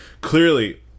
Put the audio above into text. clearly